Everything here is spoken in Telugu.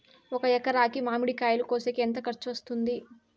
ఒక ఎకరాకి మామిడి కాయలు కోసేకి ఎంత ఖర్చు వస్తుంది?